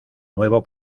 nuevo